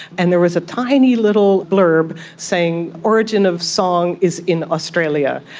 and there was a tiny little blurb saying origin of song is in australia.